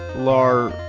lar.